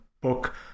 book